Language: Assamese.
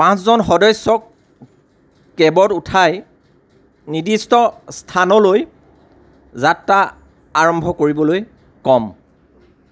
পাঁচজন সদস্যক কেবত উঠাই নিৰ্দিষ্ট স্থানলৈ যাত্ৰা আৰম্ভ কৰিবলৈ কম